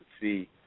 see